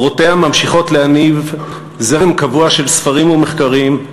קורותיה ממשיכים להניב זרם קבוע של ספרים ומחקרים,